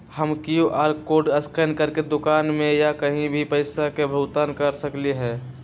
हम QR code scan करके दुकान में या कहीं भी पैसा के भुगतान कर सकली ह?